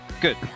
good